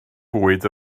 fwyd